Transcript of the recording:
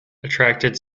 attracted